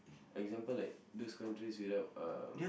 example like those countries without uh